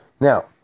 Now